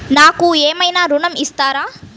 నాకు ఏమైనా ఋణం ఇస్తారా?